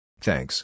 Thanks